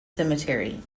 cemetery